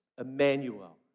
Emmanuel